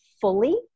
fully